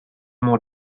more